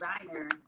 designer